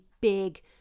big